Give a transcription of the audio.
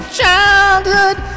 childhood